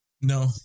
No